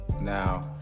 now